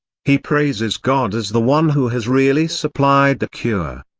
he praises god as the one who has really supplied the cure.